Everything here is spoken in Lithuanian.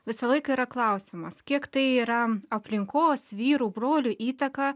visą laiką yra klausimas kiek tai yra aplinkos vyrų brolių įtaką